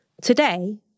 Today